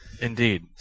Indeed